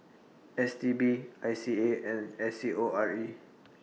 S T B I C A and S C O R E